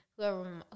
whoever